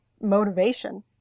motivation